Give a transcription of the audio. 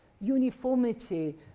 uniformity